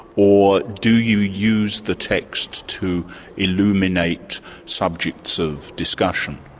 or do you use the text to illuminate subjects of discussion?